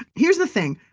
here's the thing.